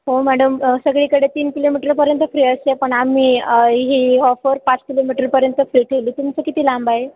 हो मॅडम सगळीकडे तीन किलोमीटरपर्यंत फ्री असते पण आम्ही ही ऑफर पाच किलोमीटरपर्यंत फ्री ठेवली तुमचं किती लांब आहे